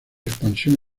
expansión